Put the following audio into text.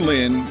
Lynn